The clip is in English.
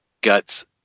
Guts